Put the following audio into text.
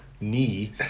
knee